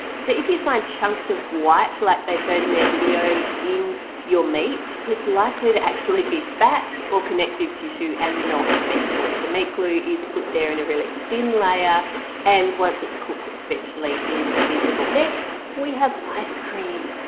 so if you find chunks of white like they showed in their video in your meat it's likely to actually be fat or connective tissue and not meat glue the meat glue is put there in a really thin layer and once it's cooked virtually invisible. next we have ice cream,